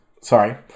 Sorry